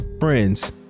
friends